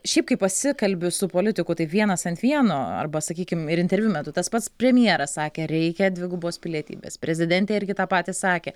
šiaip kai pasikalbi su politiku taip vienas ant vieno arba sakykim ir interviu metu tas pats premjeras sakė reikia dvigubos pilietybės prezidentė irgi tą patį sakė